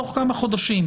בתוך כמה חודשים,